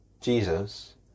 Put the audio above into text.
Jesus